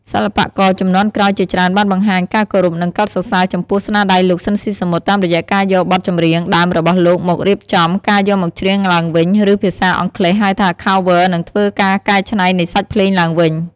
សិល្បករជំនាន់ក្រោយជាច្រើនបានបង្ហាញការគោរព និងកោតសរសើរចំពោះស្នាដៃលោក ស៊ីន ស៊ីសាមុត តាមរយៈការយកបទចម្រៀងដើមរបស់លោកមករៀបចំ ការយកមកច្រៀងឡើងវិញ ឬភាសាអង់គ្លេស ហៅថា Cover និងធ្វើ ការកែច្នៃនៃសាច់ភ្លេងឡើងវិញ ។